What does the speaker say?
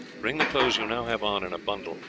bring the clothes you now have on in a bundle,